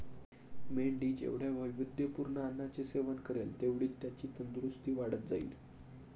मेंढी जेवढ्या वैविध्यपूर्ण अन्नाचे सेवन करेल, तेवढीच त्याची तंदुरस्ती वाढत जाईल